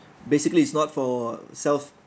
basically it's not for self